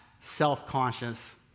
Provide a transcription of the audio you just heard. self-conscious